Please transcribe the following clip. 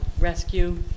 Rescue